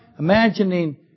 Imagining